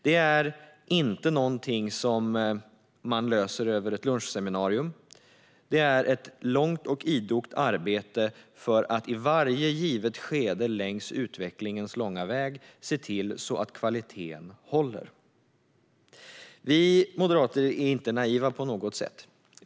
Det är inte något som man löser på ett lunchseminarium, utan det är ett långt och idogt arbete för att i varje givet skede längs utvecklingens långa väg se till att kvaliteten håller. Vi moderater är inte naiva på något sätt.